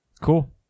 Cool